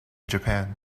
japan